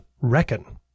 reckon